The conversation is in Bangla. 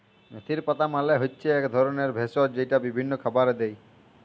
মেথির পাতা মালে হচ্যে এক ধরলের ভেষজ যেইটা বিভিল্য খাবারে দেয়